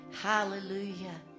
Hallelujah